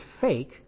fake